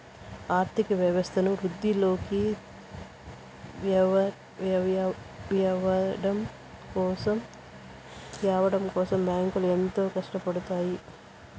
ఆర్థిక వ్యవస్థను వృద్ధిలోకి త్యావడం కోసం బ్యాంకులు ఎంతో కట్టపడుతాయి